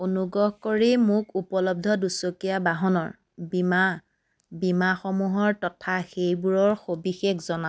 অনুগ্ৰহ কৰি মোক উপলব্ধ দুচকীয়া বাহনৰ বীমা বীমাসমূহৰ তথা সেইবোৰৰ সবিশেষ জনাওক